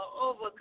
overcome